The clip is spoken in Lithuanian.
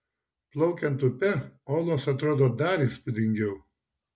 plaukiant upe olos atrodo dar įspūdingiau